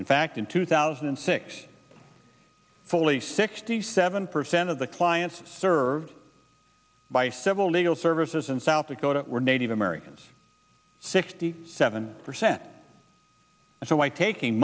in fact in two thousand and six fully sixty seven percent of the clients served by several legal services in south dakota were native americans sixty seven percent so why taking